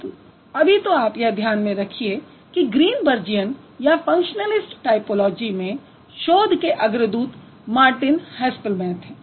किन्तु अभी तो आप यह ध्यान में रखिए कि ग्रीनबर्जियन या फंक्शनलिस्ट टायपोलॉजी में शोध के अग्रदूत मार्टिन हैसपैलमैथ हैं